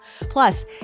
Plus